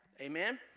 Amen